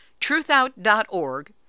TruthOut.org